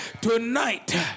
Tonight